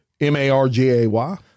M-A-R-G-A-Y